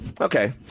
Okay